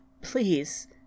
please